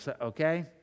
okay